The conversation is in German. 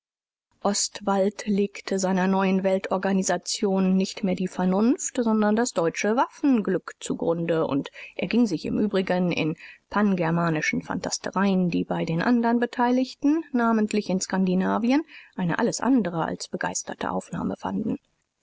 ostwald legte seiner neuen weltorganisation nicht mehr die vernunft sondern das deutsche waffenglück zu grunde u erging sich im übrigen in pangermanischen phantastereien die bei den andern beteiligten namentlich in skandinavien eine alles andere als begeisterte aufnahme fanden